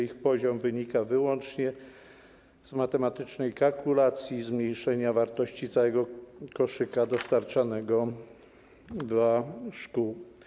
Ich poziom wynika wyłącznie z matematycznej kalkulacji zmniejszenia wartości całego koszyka dostarczanego dla szkół.